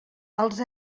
els